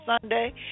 Sunday